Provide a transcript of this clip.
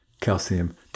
calcium